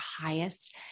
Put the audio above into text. highest